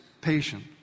patient